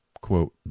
quote